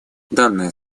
данная